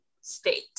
state